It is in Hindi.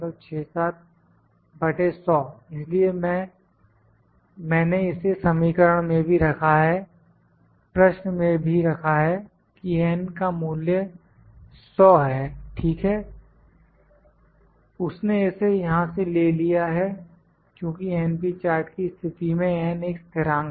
LCL इसलिए मैंने इसे समीकरण में भी रखा है प्रश्न में भी रखा है कि N का मूल्य 100 है ठीक है उसने इसे यहां से लिया है क्योंकि np चार्ट की स्थिति में N एक स्थिरांक है